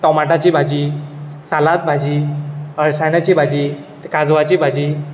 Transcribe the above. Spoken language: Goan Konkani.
टोमाटाची भाजी सालाद भाजी अळसांद्याची भाजी काजवाची भाजी अशी